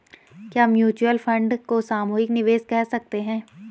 क्या mutual fund को सामूहिक निवेश कह सकते हैं?